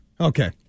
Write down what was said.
Okay